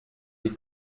des